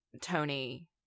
Tony